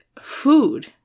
food